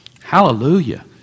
Hallelujah